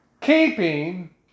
keeping